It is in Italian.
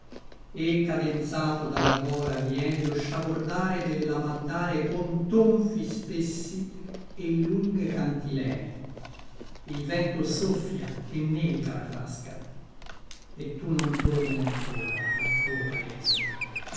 e cadenzato dalla gora viene lo sciabordare delle lavandare con tonfi spessi e lunghe cantilene il vento soffia e nevica la frasca e tu non torni ancora al tuo paese